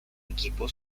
equipo